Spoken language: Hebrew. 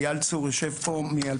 ואייל צור יושב פה.